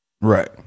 Right